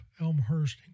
Elmhurst